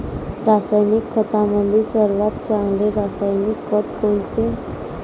रासायनिक खतामंदी सर्वात चांगले रासायनिक खत कोनचे?